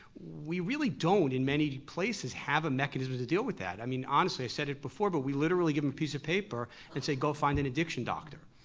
we really don't in many places have a mechanism to deal with that. i mean honestly, said it before, but we literally give them a piece of paper and say go find an addiction doctor.